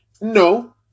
No